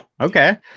Okay